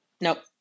Nope